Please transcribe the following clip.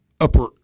upper